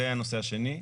זה הנושא השני.